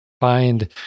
find